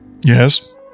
Yes